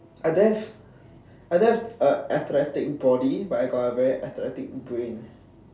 I don't have I don't have a athletic body but I got a very athletic brain